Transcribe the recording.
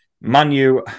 Manu